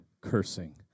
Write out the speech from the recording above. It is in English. cursing